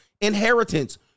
inheritance